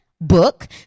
book